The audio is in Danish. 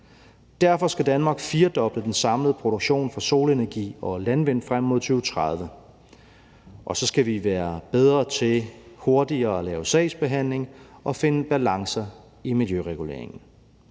Derfor skal Danmark firedoble den samlede produktion af solenergi og energi fra landvind frem mod 2030. Og så skal vi være bedre til hurtigere at lave sagsbehandling og finde balancer i miljøreguleringen.